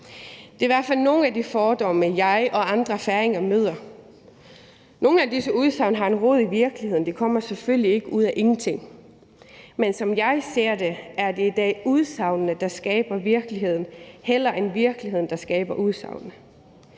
det er i hvert fald nogle af de fordomme, jeg og andre færinger møder. Nogle af disse udsagn har rod i virkeligheden, for de kommer selvfølgelig ikke ud af ingenting, men som jeg ser det, er det i dag udsagnene, der skaber virkeligheden, mere end at virkeligheden skaber udsagnene.